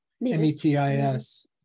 M-E-T-I-S